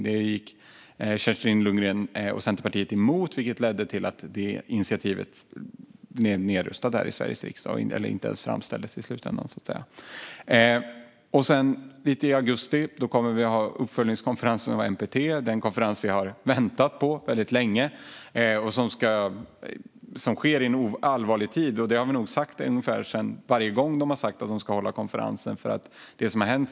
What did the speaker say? Detta gick Kerstin Lundgren och Centerpartiet emot, vilket ledde till att det initiativet blev nedröstat här i riksdagen och i slutändan inte ens framställdes. I augusti kommer vi att ha uppföljningskonferensen om NPT. Det är en konferens som vi har väntat väldigt länge på. Den sker i en allvarlig tid. Det har vi nog sagt varje gång som det har varit tal om att hålla en sådan konferens.